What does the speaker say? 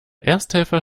ersthelfer